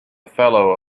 fellow